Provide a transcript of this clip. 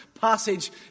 passage